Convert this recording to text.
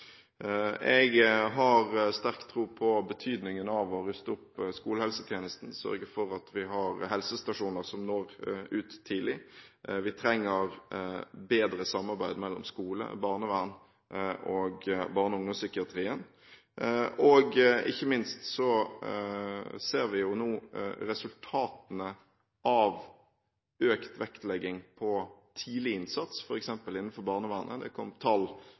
Jeg har sterk tro på betydningen av å ruste opp skolehelsetjenesten og å sørge for at vi har helsestasjoner som når ut tidlig. Vi trenger bedre samarbeid mellom skole, barnevern og barne- og ungdomspsykiatrien, og ikke minst ser vi nå resultatene av økt vektlegging på tidlig innsats, f.eks. innenfor barnevernet. Det kom tall